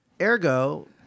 Ergo